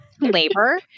labor